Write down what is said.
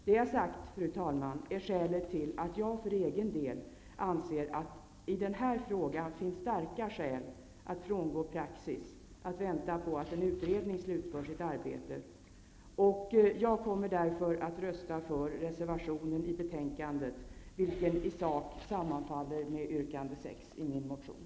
Det jag sagt, fru talman, är skälet till att jag för egen del anser att det i den här frågan finns starka skäl att frångå praxis, att vänta på att en utredning slutför sitt arbete. Jag kommer därför att rösta för reservationen i betänkandet, vilken i sak sammanfaller med yrkande 6 i min motion.